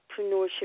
Entrepreneurship